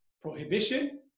Prohibition